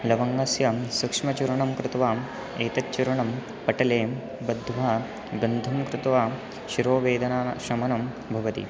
लवङ्गस्य सूक्ष्मचूर्णं कृत्वा एतच्चूर्णं पटलें बद्ध्वा गन्धं कृत्वा शिरोवेदना शमनं भवति